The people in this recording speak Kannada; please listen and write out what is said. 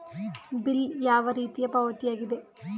ಬಿಲ್ ಯಾವ ರೀತಿಯ ಪಾವತಿಯಾಗಿದೆ?